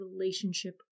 relationship